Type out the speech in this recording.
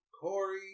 Corey